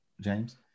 James